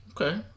Okay